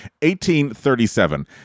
1837